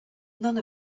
none